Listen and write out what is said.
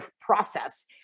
process